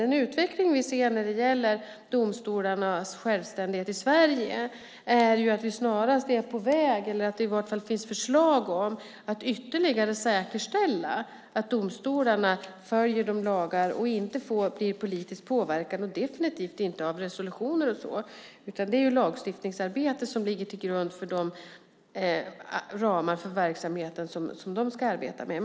Den utveckling vi ser när det gäller domstolarnas självständighet i Sverige är att vi snarast är på väg eller att det i vart fall finns förslag om att ytterligare säkerställa att domstolarna följer våra lagar och inte blir politiskt påverkade och definitivt inte påverkade av resolutioner och liknande. Det är ett lagstiftningsarbete som ligger till grund för de ramar för verksamheten som de ska arbeta med.